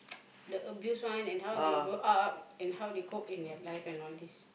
the abuse one and how they grow up and how they cope in their life and all these